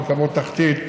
רכבות תחתית,